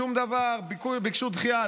שום דבר, ביקשו דחייה.